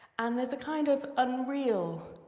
and there's a kind of unreal